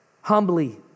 humbly